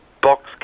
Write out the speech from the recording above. Box